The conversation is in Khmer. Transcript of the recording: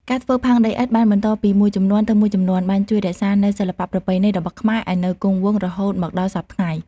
ការធ្វើផើងដីឥដ្ឋបានបន្តពីមួយជំនាន់ទៅមួយជំនាន់ បានជួយរក្សានូវសិល្បៈប្រពៃណីរបស់ខ្មែរឲ្យនៅគង់វង្សរហូតមកដល់សព្វថ្ងៃ។